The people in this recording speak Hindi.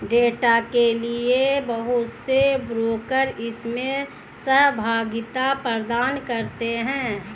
डेटा के लिये बहुत से ब्रोकर इसमें सहभागिता प्रदान करते हैं